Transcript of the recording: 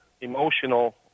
emotional